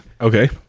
Okay